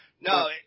No